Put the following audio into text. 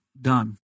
done